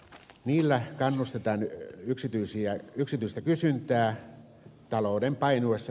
niillä kannustetaan yksityistä kysyntää talouden painuessa taantumaan